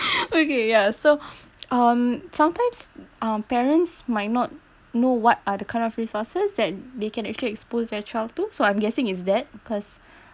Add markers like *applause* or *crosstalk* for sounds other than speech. *laughs* okay yeah so um sometimes um parents might not know what are the kind of resources that they can actually expose their child to so I'm guessing it's that because